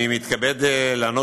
אני מתכבד לענות